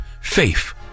faith